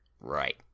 Right